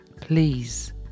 please